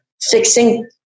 fixing